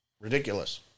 Ridiculous